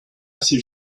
ces